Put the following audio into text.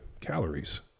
calories